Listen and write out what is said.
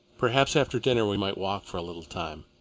perhaps, after dinner, we might walk for a little time.